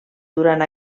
durant